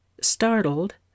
Startled